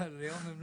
גם לא לאום.